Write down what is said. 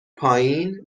پایین